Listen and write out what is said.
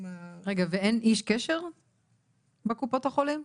רגע, ואין איש קשר בקופות החולים?